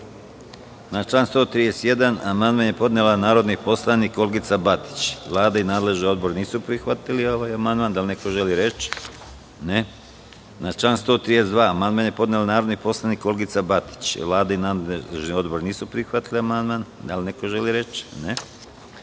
Na član 131. amandman je podnela narodni poslanik Olgica Batić. Vlada i nadležni odbor nisu prihvatili amandman. Da li neko želi reč? (Ne)Na član 132. amandman je podnela narodni poslanik Olgica Batić. Vlada i nadležni odbor nisu prihvatili amandman. Da li neko želi reč? (Ne)Na